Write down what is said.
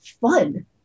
fun